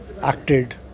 acted